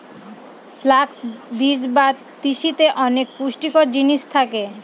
flux বীজ বা তিসিতে অনেক পুষ্টিকর জিনিস থাকে